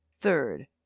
third